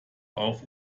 auf